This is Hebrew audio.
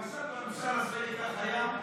למשל, בממשל הצבאי כך היה?